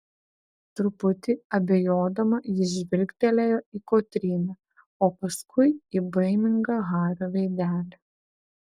truputį abejodama ji žvilgtelėjo į kotryną o paskui į baimingą hario veidelį